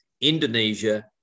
Indonesia